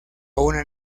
una